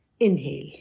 inhale